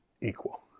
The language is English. equal